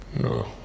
No